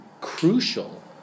crucial